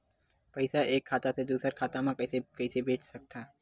पईसा एक खाता से दुसर खाता मा कइसे कैसे भेज सकथव?